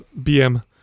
BM